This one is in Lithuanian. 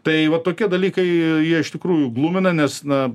tai va tokie dalykai jie iš tikrųjų glumina nes na